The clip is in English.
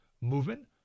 movement